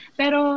pero